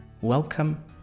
Welcome